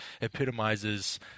epitomizes